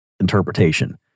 interpretation